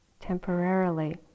temporarily